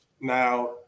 now